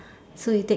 so you take